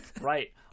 Right